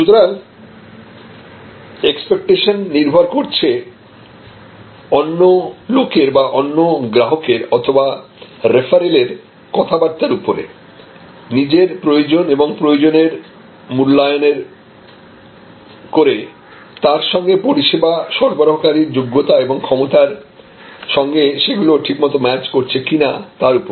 সুতরাং এক্সপেক্টেশন নির্ভর করছে অন্য লোকের বা অন্য গ্রাহকের অথবা রেফারেলের কথাবার্তার উপরে নিজের প্রয়োজন এবং প্রয়োজনের মূল্যায়নের করে তার সঙ্গে পরিষেবা সরবরাহকারীর যোগ্যতা এবং ক্ষমতার সঙ্গে ঠিকমতো সেগুলি ম্যাচ করছে কিনা তার ওপরে